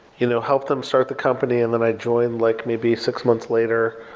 you know help them start the company, and then i joined like maybe six months later,